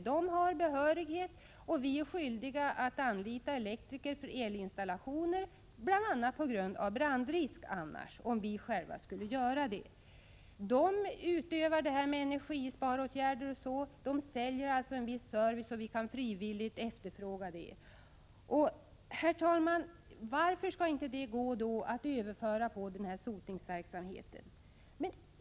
De har behörighet, och vi är skyldiga att anlita dem för elinstallationer, bl.a. på grund av den brandrisk som föreligger om vi själva skulle utföra arbetet. De arbetar med energisparåtgärder. De säljer en viss service, och vi kan frivilligt efterfråga den. Varför skall inte detta gå att överföra på sotningsverksamheten?